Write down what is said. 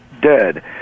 dead